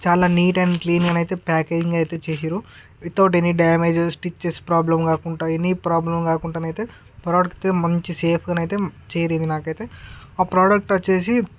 చాలా neat and క్లీనుగానైతే packaging అయితే చేసారు without any damage stitches problem కాకుండా ఏనీ ప్రొబ్లము కాకుండానైతే ప్రొడక్టు మంచి సేఫుగానైతే చేరింది నాకైతే ఆ ప్రొడక్టు వచ్చేసి